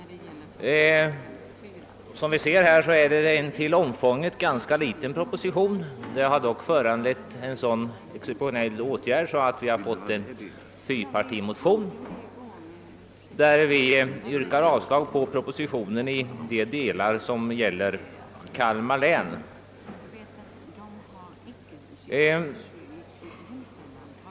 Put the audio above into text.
Som vi ser är den föreliggande propositionen till omfånget ganska liten, men den har dock föranlett en så exceptionell åtgärd som en fyrpartimotion, där det yrkas avslag på motionen i de delar som gäller Kalmar län.